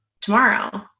tomorrow